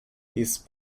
it’s